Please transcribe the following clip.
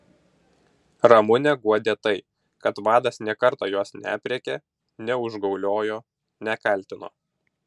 ramunę guodė tai kad vadas nė karto jos neaprėkė neužgauliojo nekaltino